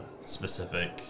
specific